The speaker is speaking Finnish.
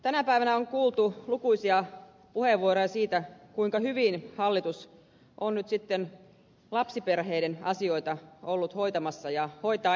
tänä päivänä on kuultu lukuisia puheenvuoroja siitä kuinka hyvin hallitus on nyt sitten lapsiperheiden asioita ollut hoitamassa ja hoitaa ensi vuonna